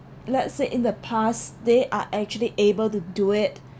let's say in the past they are actually able to do it